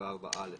הבנקאות.